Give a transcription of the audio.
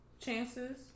chances